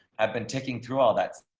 i've been taking through all that